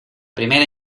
primera